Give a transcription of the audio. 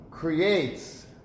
Creates